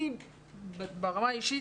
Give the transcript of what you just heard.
ברמה האישית